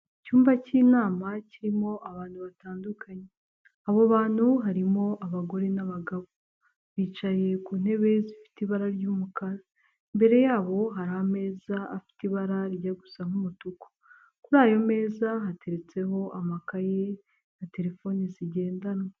Icyumba cy'inama kirimo abantu batandukanye abo bantu harimo abagore n'abagabo. Bicaye ku ntebe zifite ibara ry'umukara. Imbere yaho hari ameza afite ibara rijya gusa nk'umutuku, kur'ayo meza hateretseho amakaye na terefone zigendanwa.